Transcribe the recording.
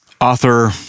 Author